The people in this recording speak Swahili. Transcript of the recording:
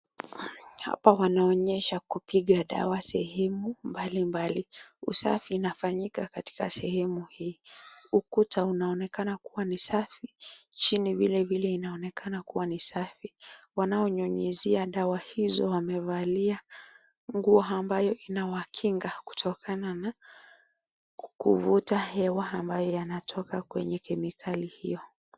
Hapa wanaonyesha kupiga dawa sehemu mbalimbali. Usafi unafanyika katika sehemu hii. Ukuta unaonekana kuwa ni safi, chini vile vile inaonekana kuwa ni safi. Wanaonyunyizia dawa hizo wamevalia nguo ambayo inawakinga kutokana na kuvuta hewa ambayo yanatoka kwenye kemikali hiyo.